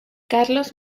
carlos